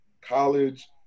college